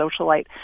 socialite